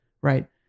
Right